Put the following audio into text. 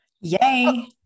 Yay